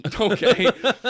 okay